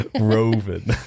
roving